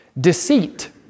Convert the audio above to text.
deceit